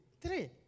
Three